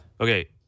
Okay